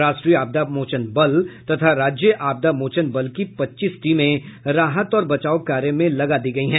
राष्ट्रीय आपदा मोचन बल तथा राज्य आपदा मोचन बल की पच्चीस टीमें राहत और बचाव कार्य में लगा दी गई है